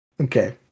Okay